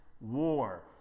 war